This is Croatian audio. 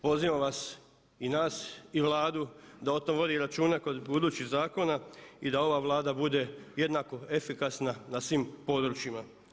Pozivam vas i nas i Vladu da o tom vodi računa kod budućih zakona i da ova Vlada bude jednako efikasna na svim područjima.